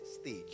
stage